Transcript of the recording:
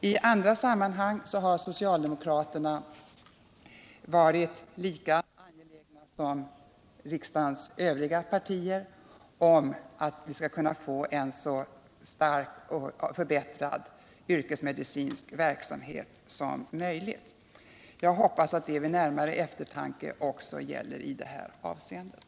I andra sammanhang har socialdemokraterna varit lika angelägna som riksdagens övriga partier om att vi skall få en så starkt förbättrad yrkesmedicinsk verksamhet som möjligt. Jag hoppas att det vid närmare eftertanke också gäller för denna kliniks vidkommande.